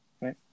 right